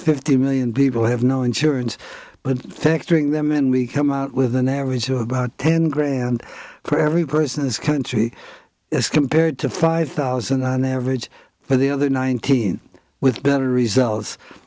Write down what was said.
fifty million people have no insurance but factoring them in we come out with an average of about ten grand for every person's country as compared to five thousand an average for the other nineteen with better res